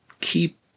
keep